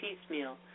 piecemeal